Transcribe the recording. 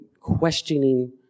questioning